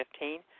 2015